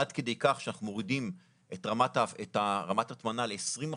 עד כדי כך שאנחנו מורידים את רמת ההטמנה ל-20,